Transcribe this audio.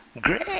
great